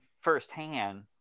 firsthand